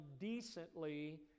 decently